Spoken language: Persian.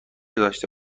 داشته